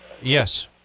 Yes